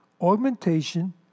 augmentation